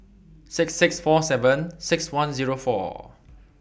six six four seven six one Zero four